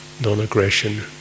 non-aggression